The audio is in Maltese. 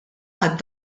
għad